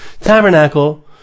tabernacle